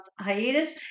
hiatus